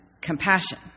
compassion